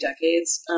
decades